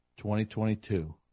2022